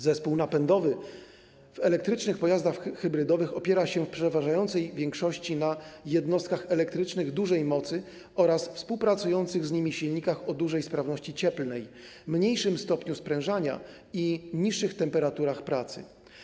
Zespół napędowy w elektrycznych pojazdach hybrydowych opiera się w przeważającej większości na jednostkach elektrycznych dużej mocy oraz współpracujących z nimi silnikach o dużej sprawności cieplnej w mniejszym stopniu sprężania i niższych temperaturach pracy.